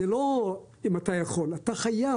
זה לא אם אתה יכול, אתה חייב,